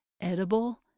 edible